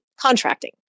contracting